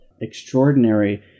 extraordinary